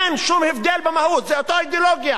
אין שום הבדל במהות, זו אותה אידיאולוגיה.